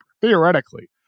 theoretically